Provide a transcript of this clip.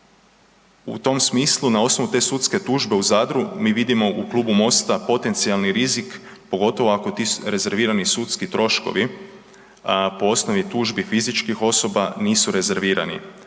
U tom smislu na osnovu te sudske tužbe u Zadru mi vidimo u klubu Mosta potencijalni rizik, pogotovo ako ti rezervirani sudski troškovi po osnovi tužbi fizičkih osoba nisu rezervirani,